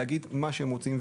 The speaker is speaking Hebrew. להגיד מה שהם רוצים,